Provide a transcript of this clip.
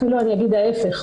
אפילו אגיד ההיפך,